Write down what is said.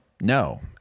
no